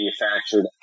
manufactured